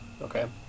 Okay